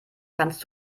kannst